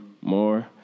more